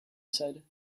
said